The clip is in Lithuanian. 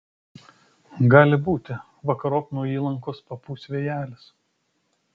gali būti vakarop nuo įlankos papūs vėjelis